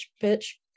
pitch